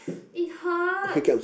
it hurts